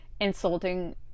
insulting